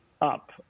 up